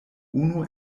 unu